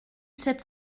sept